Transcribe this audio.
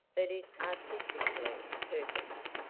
but it artistically perfect.